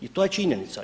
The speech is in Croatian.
I to je činjenica.